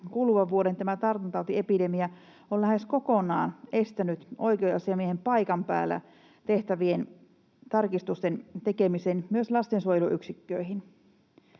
kuluvan vuoden tämä tartuntatautiepidemia on lähes kokonaan estänyt oikeusasiamiehen paikan päällä tehtävien tarkistusten tekemisen myös lastensuojeluyksikköihin,